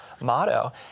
motto